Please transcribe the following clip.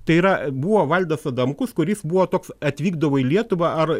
tai yra buvo valdas adamkus kuris buvo toks atvykdavo į lietuvą ar